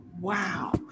Wow